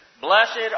Blessed